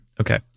Okay